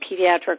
pediatric